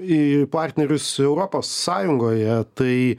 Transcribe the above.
į partnerius europos sąjungoje tai